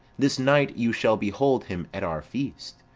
this night you shall behold him at our feast.